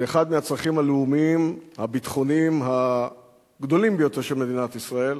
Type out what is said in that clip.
זה אחד מהצרכים הלאומיים הביטחוניים הגדולים ביותר של מדינת ישראל,